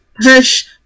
push